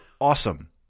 awesome